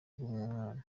bw’umwana